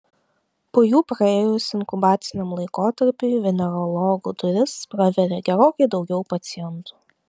po jų praėjus inkubaciniam laikotarpiui venerologų duris praveria gerokai daugiau pacientų